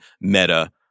meta